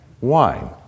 wine